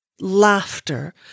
Laughter